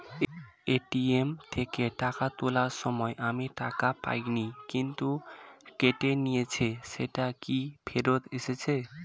ATM থেকে টাকা তোলার সময় আমি টাকা পাইনি কিন্তু কেটে নিয়েছে সেটা কি ফেরত এসেছে?